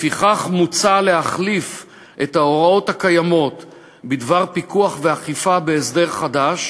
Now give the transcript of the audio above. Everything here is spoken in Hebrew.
לפיכך מוצע להחליף את ההוראות הקיימות בדבר פיקוח ואכיפה בהסדר חדש,